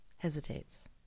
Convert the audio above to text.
Hesitates